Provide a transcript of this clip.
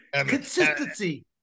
consistency